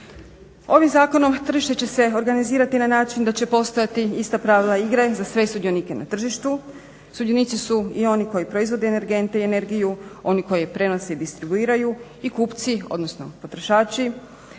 Ovim zakonom tržište će se organizirati na način da će postojati ista pravila igre za sve sudionike na tržištu. Sudionici su i oni koji proizvode energente i energiju, oni koji je prenose i distribuiraju i kupci, odnosno potrošači